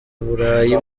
burayi